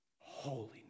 holiness